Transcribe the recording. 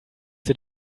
sie